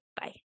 Bye